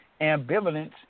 ambivalence